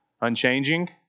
Unchanging